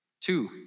Two